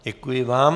Děkuji vám.